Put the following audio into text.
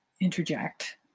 interject